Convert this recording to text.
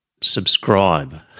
subscribe